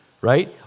right